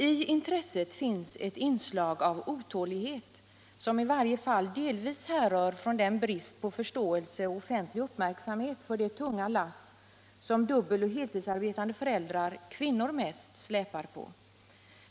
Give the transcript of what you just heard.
I intresset finns ett inslag av otålighet som i varje fall delvis härrör från den brist på förståelse och offentlig uppmärksamhet för det tunga lass som dubbeloch heltidsarbetande föräldrar, kvinnor mest, släpar på.